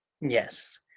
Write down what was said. Yes